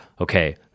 okay